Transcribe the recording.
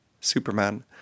Superman